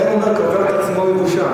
לכן אומרים: קובר את עצמו מבושה.